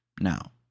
Now